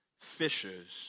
fishers